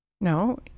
No